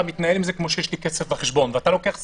מתנהל עם זה כמו שיש לי כסף בחשבון ואתה לוקח סיכון,